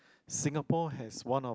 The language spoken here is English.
Singapore has one of